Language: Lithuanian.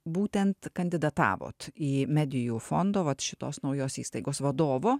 būtent kandidatavot į medijų fondo vat šitos naujos įstaigos vadovo